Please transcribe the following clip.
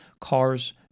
cars